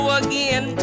again